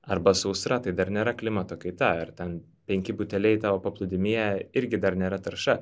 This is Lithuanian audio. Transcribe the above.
arba sausra tai dar nėra klimato kaita ar ten penki buteliai tavo paplūdimyje irgi dar nėra tarša